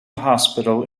hospital